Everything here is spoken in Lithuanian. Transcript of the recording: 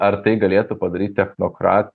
ar tai galėtų padaryti technokra